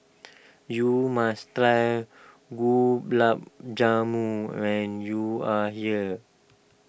you must try Gulab Jamun when you are here